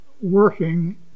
working